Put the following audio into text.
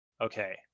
Okay